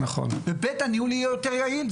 ובית הניהול יהיה יותר יעיל.